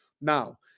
Now